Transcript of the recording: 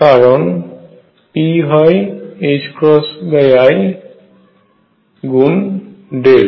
কারণ p হয় i গুণ ডেল